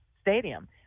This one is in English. stadium